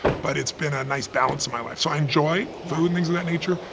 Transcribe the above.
but it's been a nice balance in my life. so i enjoy food and things of that nature,